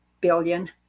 billion